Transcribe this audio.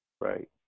right